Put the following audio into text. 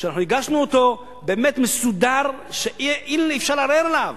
שהגשנו אותו, באמת מסודר, שאי-אפשר לערער עליו.